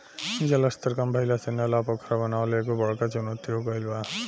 जल स्तर कम भइला से नल आ पोखरा बनावल एगो बड़का चुनौती हो गइल बा